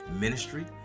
ministry